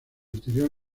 interior